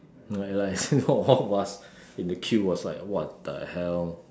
like like you know all of us in the queue was like what the hell